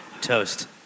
Toast